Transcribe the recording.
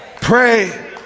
Pray